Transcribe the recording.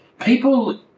people